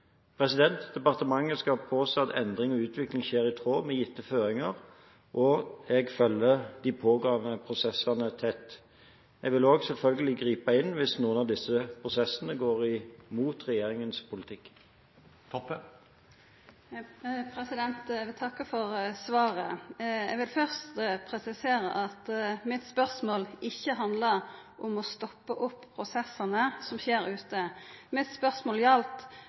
Departementet skal påse at endring og utvikling skjer i tråd med gitte føringer, og jeg følger de pågående prosessene tett. Jeg vil også selvfølgelig gripe inn hvis noen av disse prosessene går imot regjeringens politikk. Eg vil takka for svaret. Eg vil først presisera at mitt spørsmål ikkje handla om å stoppa opp prosessane som skjer ute. Mitt spørsmål gjaldt